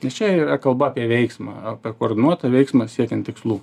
tai čia yra kalba apie veiksmą apie koordinuotą veiksmą siekiant tikslų